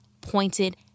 pointed